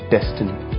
Destiny